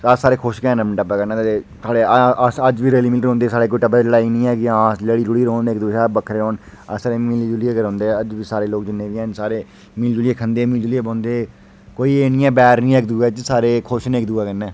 बस इ'यै ऐ इन्ने इन्ने लोकें दा गै टब्बर ऐ